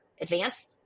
advance